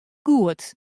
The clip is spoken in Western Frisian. goed